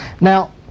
Now